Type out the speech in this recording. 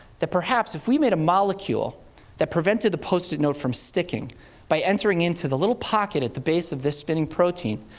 that perhaps if we made a molecule that prevented the post-it note from sticking by entering into the little pocket at the base of this spinning protein,